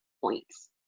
points